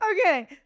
Okay